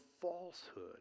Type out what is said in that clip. falsehood